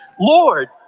Lord